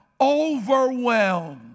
overwhelmed